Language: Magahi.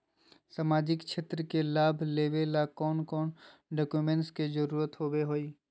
सामाजिक क्षेत्र के लाभ लेबे ला कौन कौन डाक्यूमेंट्स के जरुरत होबो होई?